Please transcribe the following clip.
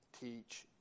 teach